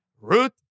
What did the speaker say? Ruth